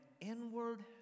inward